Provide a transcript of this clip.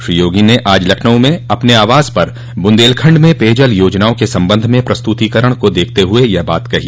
श्री योगी ने आज लखनऊ में अपने आवास पर बुन्देलखण्ड में पेयजल योजनाओं के सम्बन्ध में प्रस्तुतीकरण को देखते हुए यह बात कही